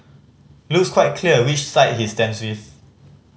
looks quite clear which side he stands with